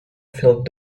filled